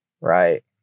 right